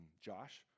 Josh